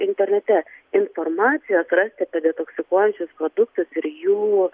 internete informacijos rasite apie detoksikuojančius produktus ir jų